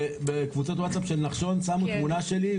בקבוצות וואטסאפ של נחשון שמו תמונה שלי,